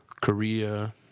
Korea